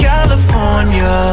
California